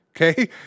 Okay